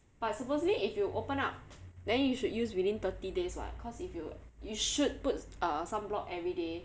but supposedly if you open up then you should use within thirty days [what] because if you you should put uh sunblock every day